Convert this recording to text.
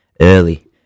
early